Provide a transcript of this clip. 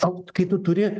tau kai tu turi